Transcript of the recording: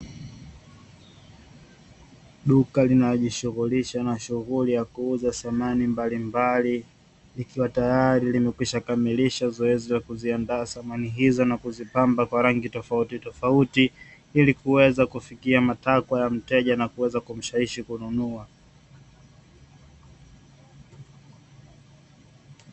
Duka lina jishughulisha na shughuli ya kuuza samani mbalimbali ikiwa tayari limekwisha kamilisha zoezi la kuziandaa samahani hizo, na kuzipamba kwa rangi tofautitofauti ili kuweza kufikia matakwa ya mteja na kuweza kumshawishi kununua.